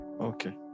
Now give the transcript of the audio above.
Okay